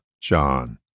John